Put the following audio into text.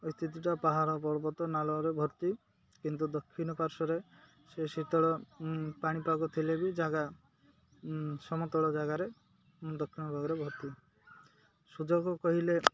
ସ୍ଥିତିଟା ପାହାଡ଼ ପର୍ବତ ନାଳରେ ଭର୍ତ୍ତି କିନ୍ତୁ ଦକ୍ଷିଣ ପାର୍ଶ୍ୱରେ ସେ ଶୀତଳ ପାଣିପାଗ ଥିଲେ ବି ଜାଗା ସମତଳ ଜାଗାରେ ଦକ୍ଷିଣ ଭାଗରେ ଭର୍ତ୍ତି ସୁଯୋଗ କହିଲେ